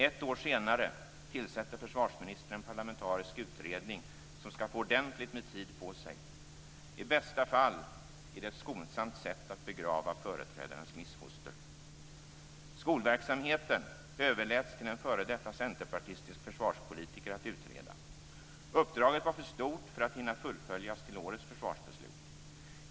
Ett år senare tillsätter försvarsministern en parlamentarisk utredning som skall få ordentligt med tid på sig. I bästa fall är det ett skonsamt sätt att begrava företrädarens missfoster. Skolverksamheten överläts till en f.d. centerpartistisk försvarspolitiker att utreda. Uppdraget var för stort för att hinna fullföljas till årets försvarsbeslut.